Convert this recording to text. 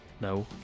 No